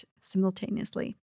simultaneously